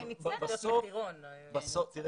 שוב אני אומר